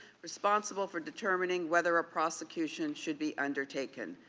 responsible for determining whether a prosecution should be undertaken.